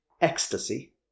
ecstasy